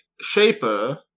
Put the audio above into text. Shaper